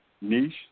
niche